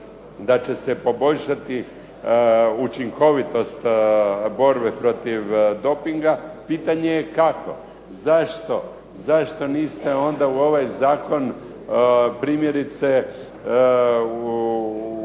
da će se poboljšati učinkovitost borbe protiv dopinga, pitanje je kako. Zašto niste onda u ovaj zakon primjerice uvjetovali